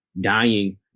dying